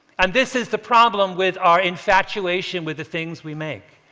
and this is the problem with our infatuation with the things we make.